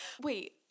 wait